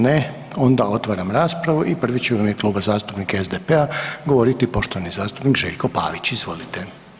Ne, onda otvaram raspravu i prvi će u ime Kluba zastupnika SDP-a govoriti poštovani zastupnik Željko Pavić, izvolite.